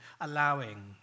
allowing